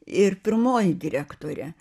ir pirmoji direktorė